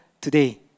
today